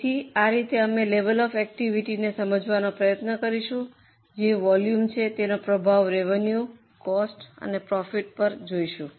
તેથી આ રીતે અમે લેવલ ઑફ એકટીવીટીને સમજવાનો પ્રયત્ન કરીશું જે વોલ્યુમનો છે તેનો પ્રભાવ રેવેન્યૂ કોસ્ટ અને પ્રોફિટ પર જોઈશું